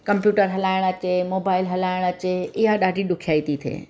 computer हलाइणु अचे mobile हलाइणु अचे इहा ॾाढी ॾुखियाई थी थिए